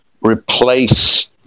replace